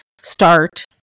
start